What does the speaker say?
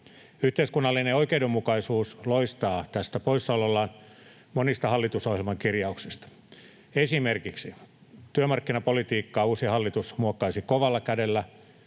Yhteiskunnallinen oikeudenmukaisuus loistaa poissaolollaan monista hallitusohjelman kirjauksista. Esimerkiksi työmarkkinapolitiikkaa uusi hallitus muokkaisi kovalla kädellä